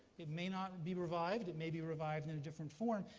it may not be revived. it may be revived in a different form.